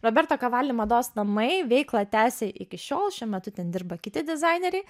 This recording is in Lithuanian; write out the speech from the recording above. roberto kavali mados namai veiklą tęsia iki šiol šiuo metu ten dirba kiti dizaineriai